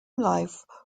life